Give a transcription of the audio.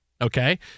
Okay